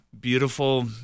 beautiful